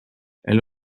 elle